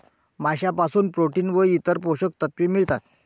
माशांपासून प्रोटीन व इतर पोषक तत्वे मिळतात